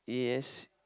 yes